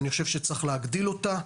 אני חושב שצריך להגדיל אותה.